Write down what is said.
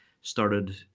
started